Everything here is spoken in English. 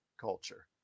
culture